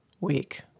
week